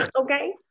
okay